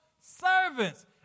servants